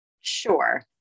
Sure